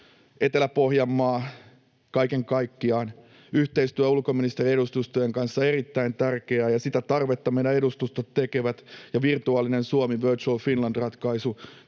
Etelä-Pohjanmaalla, kaiken kaikkiaan: Yhteistyö ulkoministeriön ja edustustojen kanssa on erittäin tärkeää, ja sitä tarvetta meidän edustustot palvelevat. Ja virtuaalinen Suomi-, Virtual Finland ‑ratkaisu